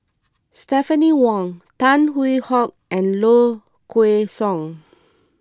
Stephanie Wong Tan Hwee Hock and Low Kway Song